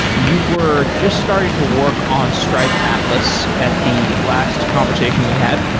you were just starting to work on stripe atlas at the last conversation we had.